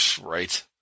Right